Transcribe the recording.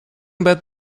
about